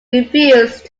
refused